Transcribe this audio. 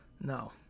No